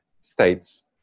states